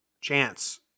chance